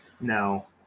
No